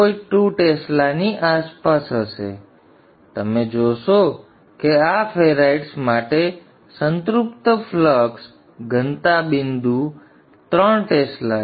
2 ટેસ્લાની આસપાસ હશે તમે જોશો કે આ ફેરાઇટ્સ માટે સંતૃપ્ત ફ્લક્સ ઘનતા બિંદુ ત્રણ ટેસ્લા છે